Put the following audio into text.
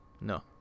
No